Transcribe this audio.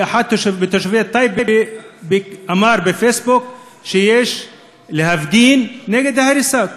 כי אחד מתושבי טייבה אמר בפייסבוק שיש להפגין נגד ההריסה.